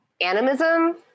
animism